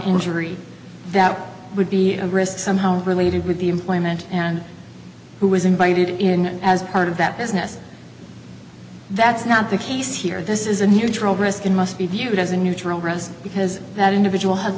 injury that would be a risk somehow related with the employment and who was invited in as part of that business that's not the case here this is a neutral risk and must be viewed as a neutral rest because that individual ha